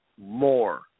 more